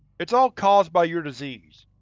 it's all caused by your disease.